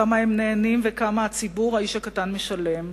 כמה הם נהנים וכמה הציבור, האיש הקטן, משלם.